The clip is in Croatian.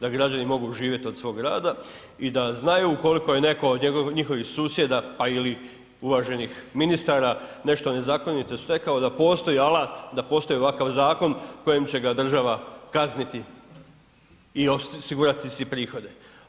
da građani mogu živjet od svog rada i da znaju ukoliko je netko od njihovih susjeda, pa ili uvaženih ministara nešto nezakonito stekao, da postoji alat, da postoji ovakav zakon kojim će ga država kazniti i osigurati si prihode.